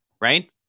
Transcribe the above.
Right